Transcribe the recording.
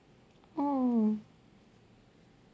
oh